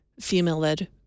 female-led